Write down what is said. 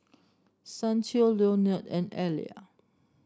Santo Leonard and Elia